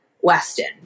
Weston